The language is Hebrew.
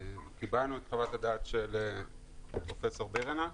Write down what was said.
קיבלנו את חוות הדעת של פרופ' בירנהק.